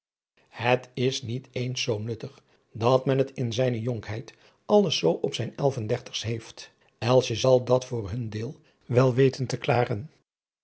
het is niet eens zoo nuttig dat men het in zijne jonkheid alles zoo op zijn elfendertigst heeft elsje zal dat voor hun heel wel weten te klaren